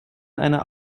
einer